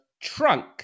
trunk